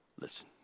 listen